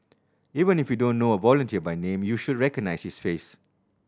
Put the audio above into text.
even if you don't know a volunteer by name you should recognise his face